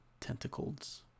tentacles